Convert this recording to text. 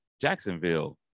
Jacksonville